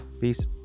Peace